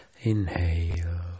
Inhale